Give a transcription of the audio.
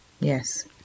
Yes